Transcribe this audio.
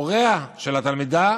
הוריה של התלמידה